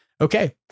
Okay